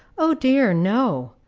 o dear, no!